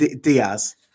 Diaz